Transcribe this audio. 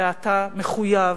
ואתה מחויב,